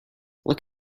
look